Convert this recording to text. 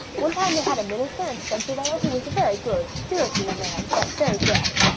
one time they had a minister in spencervale who was a very good, spiritual man but very deaf.